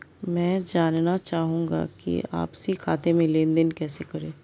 मैं जानना चाहूँगा कि आपसी खाते में लेनदेन कैसे करें?